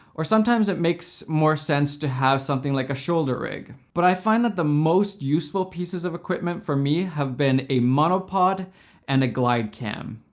or sometimes it makes more sense to have something like a shoulder rig. but i find that the most useful pieces of equipment for me have been a monopod and a glidecam.